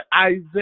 Isaiah